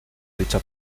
dicha